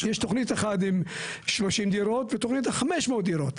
יש תוכנית אחת עם 30 דירות ותוכנית עם 500 דירות,